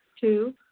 Two